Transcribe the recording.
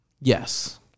Yes